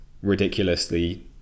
ridiculously